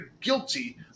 guilty